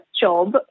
job